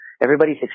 everybody's